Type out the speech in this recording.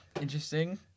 interesting